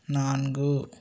நான்கு